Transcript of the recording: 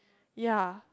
ya